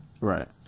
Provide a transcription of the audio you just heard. Right